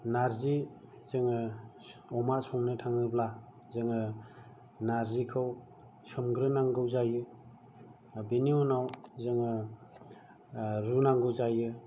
नार्जि जोङो अमा संनो थाङोब्ला जोङो नार्जिखौ संग्रोनांगौ जायो बेनि उनाव जोङो रुनांगौ जायो